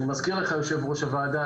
אני מזכיר לך יושב ראש הוועדה,